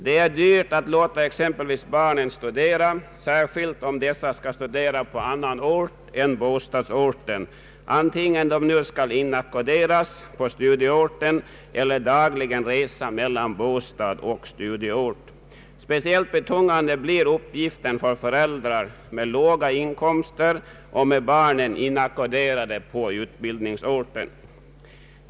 Det är exempelvis dyrt att låta barnen studera, särskilt om de skall studera på annan ort än bostadsorten, antingen de nu skall inackorderas på studieorten eller dagligen resa mellan bostad och studieort. Speciellt betungande blir uppgiften för föräldrar med låga inkomster och med barnen inackorderade på utbildningsorten.